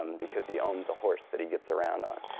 um because he owns a horse that he gets around on.